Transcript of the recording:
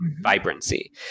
vibrancy